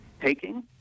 taking